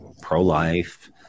pro-life